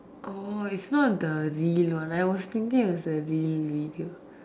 orh is not the real one I was thinking it was a real video